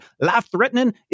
life-threatening